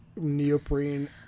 neoprene